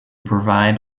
provide